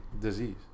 disease